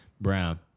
Brown